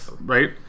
right